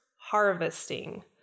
harvesting